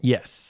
Yes